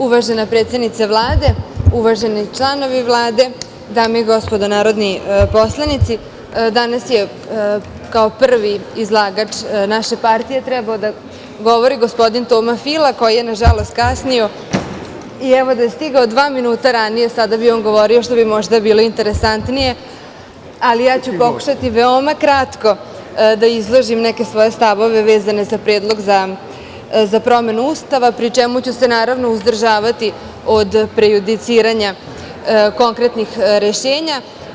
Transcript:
Uvažena predsednice Vlade, uvaženi članovi Vlade, dame i gospodo narodni poslanici, danas je kao prvi izlagač naše partije trebao da govori gospodin Toma Fila, koji je, nažalost, kasnio i evo, da je stigao dva minuta ranije, sada bi on govorio, što bi možda bilo interesantnije, ali ja ću pokušati veoma kratko da izložim neke svoje stavove vezano za Predlog za promenu Ustavu, pri čemu ću se, naravno, uzdržavati od prejudiciranja konkretnih rešenja.